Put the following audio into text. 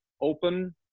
open